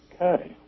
okay